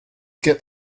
get